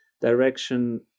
direction